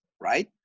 right